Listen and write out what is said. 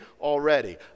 already